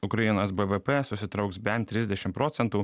ukrainos bvp susitrauks bent trisdešim procentų